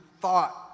thought